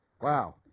Wow